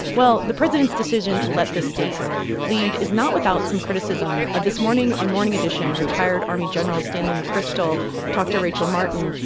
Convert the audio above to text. well, the president's decision to let the states lead is not without some criticism. ah this morning on morning edition, retired army gen. stanley mcchrystal talked to rachel martin,